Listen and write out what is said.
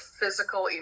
physical